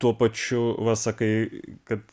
tuo pačiu va sakai kad